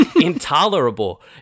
intolerable